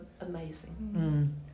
amazing